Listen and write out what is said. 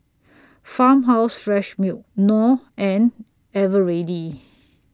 Farmhouse Fresh Milk Knorr and Eveready